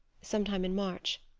some time in march.